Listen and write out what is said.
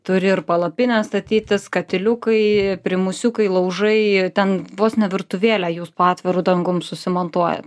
turi ir palapinę statytis katiliukai primusiukai laužai ten vos ne virtuvėlę jūs po atviru dangum susimontuojat